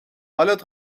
حالت